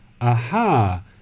aha